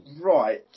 Right